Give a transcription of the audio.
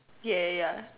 ya ya ya